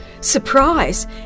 surprise